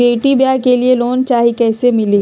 बेटी ब्याह के लिए लोन चाही, कैसे मिली?